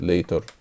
Later